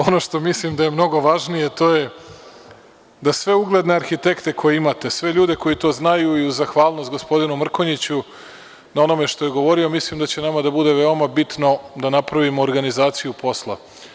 Ono što mislim da je mnogo važnije, to je da sve ugledne arhitekte koje imate, sve ljude koji to znaju i uz zahvalnost gospodinu Mrkonjiću na onome što je govorio, mislim da će nama da bude veoma bitno da napravimo organizaciju posla.